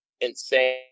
insane